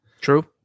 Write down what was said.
True